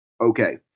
Okay